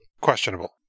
questionable